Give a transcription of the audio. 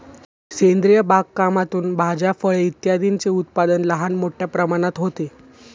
सेंद्रिय बागकामातून भाज्या, फळे इत्यादींचे उत्पादन लहान मोठ्या प्रमाणात होते